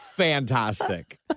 Fantastic